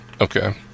Okay